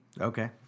Okay